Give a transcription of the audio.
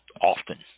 often